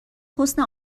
حسن